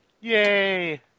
Yay